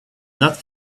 that